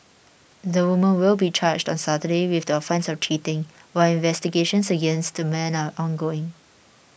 the woman will be charged on Saturday with the offence of cheating while investigations against the man are ongoing